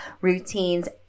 routines